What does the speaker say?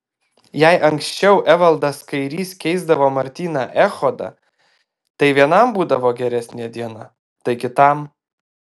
jei anksčiau evaldas kairys keisdavo martyną echodą tai vienam būdavo geresnė diena tai kitam